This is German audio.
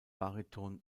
bariton